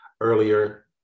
earlier